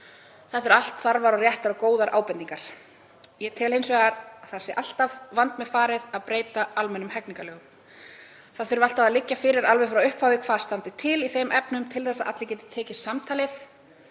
Þetta eru allt þarfar og réttar og góðar ábendingar en ég tel hins vegar að alltaf sé vandmeðfarið að breyta almennum hegningarlögum. Það þarf alltaf að liggja fyrir alveg frá upphafi hvað stendur til í þeim efnum til að allir geti tekið samtalið,